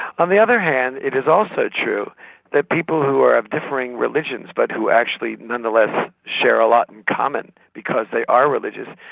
on the other hand it is also true that people who are of differing religions, but who actually nonetheless share a lot in common because they are religious,